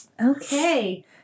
Okay